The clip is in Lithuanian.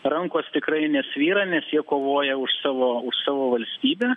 rankos tikrai nesvyra nes jie kovoja už savo už savo valstybę